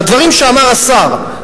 והדברים שאמר השר,